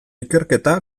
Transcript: ikerketa